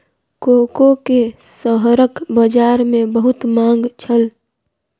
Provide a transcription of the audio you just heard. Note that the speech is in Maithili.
कोको के शहरक बजार में बहुत मांग छल